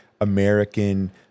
American